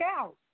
out